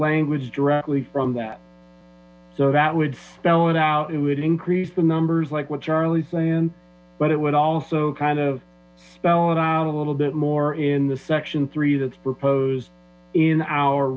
language directly from that so that would spell it out it would increase the numbers like what charlie sang but it would also kind of spell out a little bit more in the section three that's proposed in our